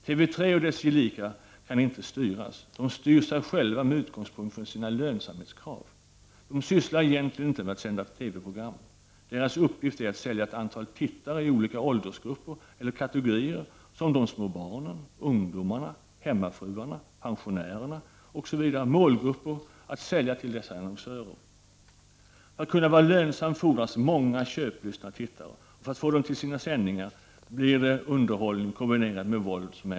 TV 3 och dess gelikar kan inte styras. De styr sig själva med utgångspunkt från sina lönsamhetskrav. De sysslar egentligen inte med att sända TV-program. Deras uppgift är att sälja ett antal tittare i olika åldersgrupper eller kategorier. Det gäller de små barnen, ungdomarna, hemmafruarna, pensionärerna osv. — målgrupper att sälja till dessa annonsörer. För att kunna vara lönsam fordras många köplystna tittare, och för att få dem till sina sändningar blir lockbetet underhållning kombinerat med våld.